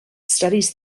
studies